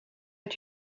est